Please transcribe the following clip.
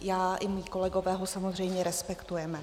Já i mí kolegové ho samozřejmě respektujeme.